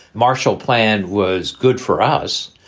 marshall plan was good for us,